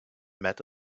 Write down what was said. met